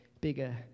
bigger